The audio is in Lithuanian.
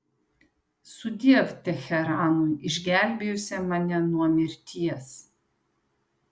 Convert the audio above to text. sudiev teheranui išgelbėjusiam mane nuo mirties